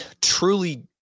truly